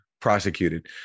prosecuted